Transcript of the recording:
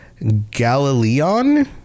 Galileon